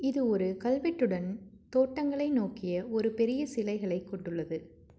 இது ஒரு கல்வெட்டுடன் தோட்டங்களை நோக்கிய ஒரு பெரிய சிலைகளைக் கூட்டுள்ளது